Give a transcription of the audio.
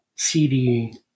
CD